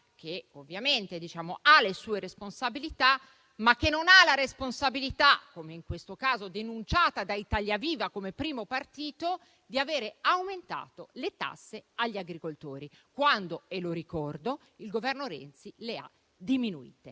che ovviamente ha le sue responsabilità, ma non ha la responsabilità - come in questo caso denunciata da Italia Viva come primo partito - di aver aumentato le tasse agli agricoltori, quando - e lo ricordo - il Governo Renzi le ha diminuite.